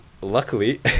luckily